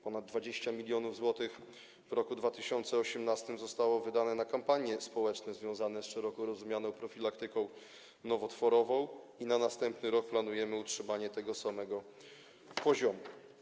Ponad 20 mln zł w roku 2018 zostało wydanych na kampanie społeczne związane z szeroko rozumianą profilaktyką nowotworową, w następnym roku planujemy utrzymanie tego samego poziomu.